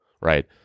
right